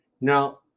Now